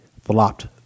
flopped